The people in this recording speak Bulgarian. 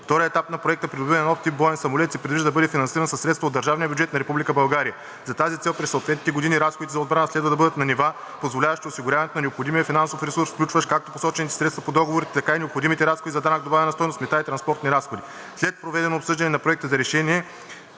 Вторият етап на Проект „Придобиване на нов тип боен самолет“ се предвижда да бъде финансиран със средства от държавния бюджет на Република България. За тази цел през съответните години разходите за отбрана следва да бъдат на нива, позволяващи осигуряването на необходимия финансов ресурс, включващ както посочените средства по договорите, така и необходимите разходи за данък добавена стойност, мита и транспортни разходи. След проведеното обсъждане на Проекта за решение